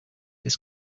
this